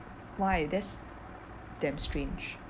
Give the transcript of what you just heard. why that's damn strange